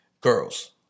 girls